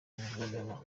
guverinoma